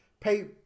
pay –